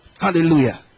hallelujah